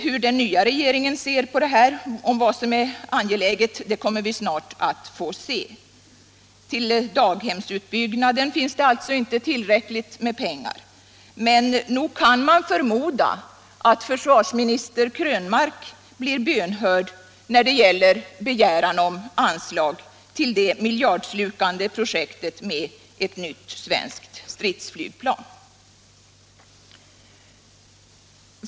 Hur den nya regeringen ser på vad som är angeläget kommer vi snart att få se. Till daghemsutbyggnaden finns det alltså inte tillräckligt med pengar. Men nog kan man förmoda att försvarsminister Krönmark blir bönhörd när det gäller begäran om anslag till det miljardslukande projektet med ett nytt svenskt stridsflygplan.